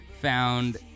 found